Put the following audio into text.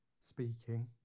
speaking